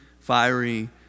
fiery